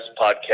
podcast